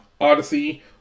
Odyssey